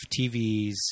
TVs